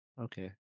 Okay